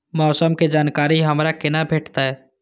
मौसम के जानकारी हमरा केना भेटैत?